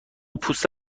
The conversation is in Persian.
پوست